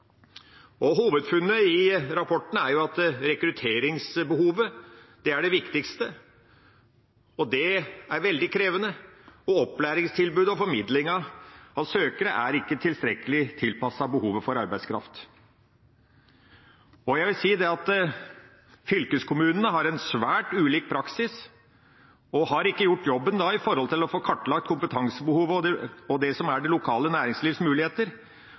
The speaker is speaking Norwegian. Hovedfunnet i rapporten er at rekrutteringsbehovet er det viktigste, og det er veldig krevende. Og opplæringstilbudet og formidlingen av søkere er ikke tilstrekkelig tilpasset behovet for arbeidskraft. Jeg vil si at fylkeskommunene har svært ulik praksis, og har ikke gjort jobben for å få kartlagt kompetansebehovet og det lokale næringslivets muligheter. Og det som representanten Anne Tingelstad Wøien tok opp, om erfaringene fra Hadeland, er